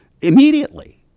immediately